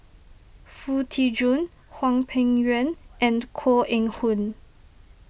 Foo Tee Jun Hwang Peng Yuan and Koh Eng Hoon